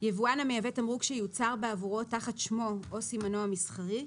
יבואן המייבא תמרוק שיוצר בעבורו תחת שמו או סימנו המסחרי,